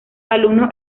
alumnos